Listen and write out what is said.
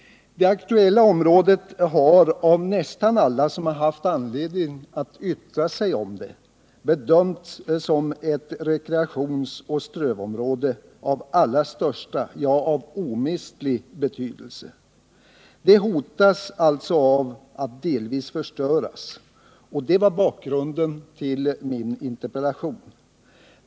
Det aktuella området har av nästan alla som har haft anledning att yttra sig om det bedömts som ett rekreationsoch strövområde av allra största, ja, av omistlig betydelse. Det hotas alltså av att delvis förstöras, och det var bakgrunden till min interpellation.